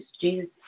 Jesus